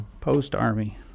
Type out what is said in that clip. post-Army